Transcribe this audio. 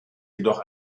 jedoch